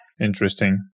interesting